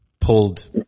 pulled